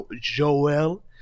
Joel